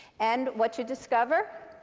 and what you discover